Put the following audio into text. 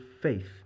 faith